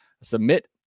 submit